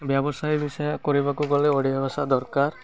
ବ୍ୟବସାୟୀ ବିଷୟ କରିବାକୁ ଗଲେ ଓଡ଼ିଆ ଭାଷା ଦରକାର